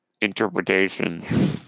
interpretation